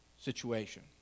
situation